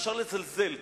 אפשר לזלזל.